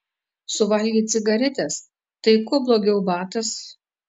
suvalgei cigaretes tai kuo blogiau batas